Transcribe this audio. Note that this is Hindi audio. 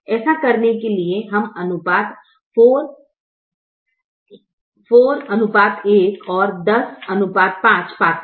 ऐसा करने के लिए हम अनुपात 41 और 105 पाते हैं